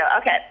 Okay